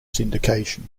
syndication